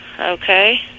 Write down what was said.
Okay